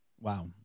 Wow